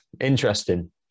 interesting